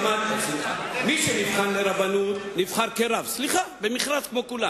מי שנבחן לרבנות, נבחר כרב, במכרז כמו כולם.